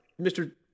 Mr